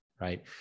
right